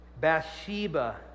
Bathsheba